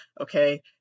okay